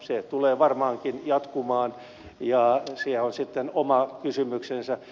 se tulee varmaankin jatkumaan ja se on sitten oma kysymyksensä